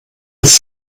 bis